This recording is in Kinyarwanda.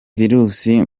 virusi